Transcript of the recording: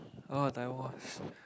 oh divorce